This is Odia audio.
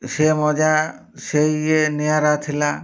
ସେ ମଜା ସେ ଇଏ ନିଆରା ଥିଲା